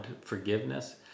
forgiveness